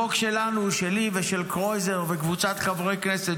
החוק שלנו, שלי ושל קרויזר וקבוצת חברי הכנסת